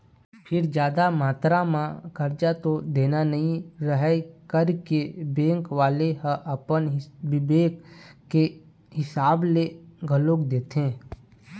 फेर जादा मातरा म करजा तो देना नइ रहय करके बेंक वाले ह अपन बिबेक के हिसाब ले दे घलोक देथे